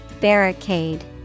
Barricade